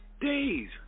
days